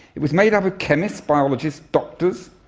it was made up of chemists, biologists, doctors,